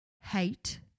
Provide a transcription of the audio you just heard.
hate